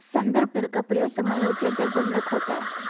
संदर्भ दर का प्रयोग समायोज्य दर बंधक होता है